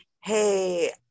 hey